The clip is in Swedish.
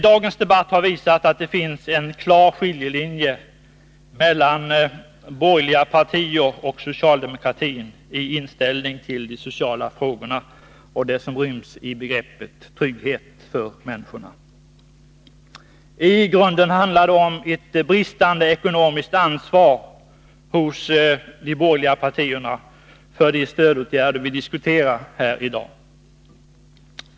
Dagens debatt har visat att det finns en klar skiljelinje mellan borgerliga partier och socialdemokratin i inställningen till de sociala frågorna och det som ryms i begreppet trygghet för människor. I grunden handlar det om ett bristande ekonomiskt ansvar hos de borgerliga partierna för de stödformer vi diskuterar här i dag.